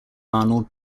arnold